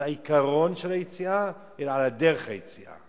על העיקרון של היציאה, אלא על דרך היציאה.